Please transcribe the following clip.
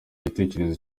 gitekerezo